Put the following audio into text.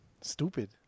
Stupid